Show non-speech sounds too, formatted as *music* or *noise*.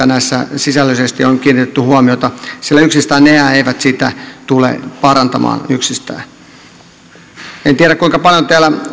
*unintelligible* näissä sisällöllisesti on kiinnitetty huomiota sillä yksistäänhän ne eivät tilannetta tule parantamaan en tiedä kuinka paljon täällä